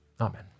Amen